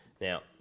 Now